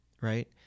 right